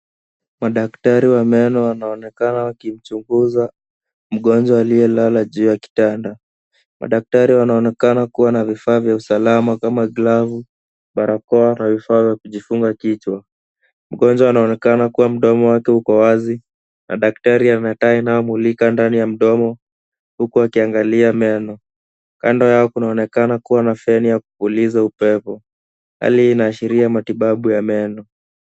Madakatari wa meno wanaonekana wakichunguza mgonjwa aliyelala juu ya kitanda. Madaktari wanaonekana kuwa na vifaa vya usalama kama glavu, barakoa na vifaa vya kujifunga kichwa. Mgonjwa anaonekana kuwa mdomo wake uko wazi na daktari ana taa inayomulika ndani ya mdomo huku akiangalia meno. Kando yao kunaonekana kuwa na feni ya kupuliza upepo. Hali hii inaashiria matibabu ya meno.